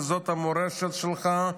וזאת המורשת שלך,